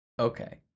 okay